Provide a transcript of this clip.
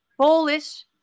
Polish